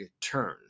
turn